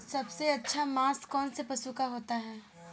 सबसे अच्छा मांस कौनसे पशु का होता है?